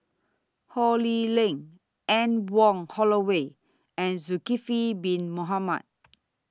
Ho Lee Ling Anne Wong Holloway and Zulkifli Bin Mohamed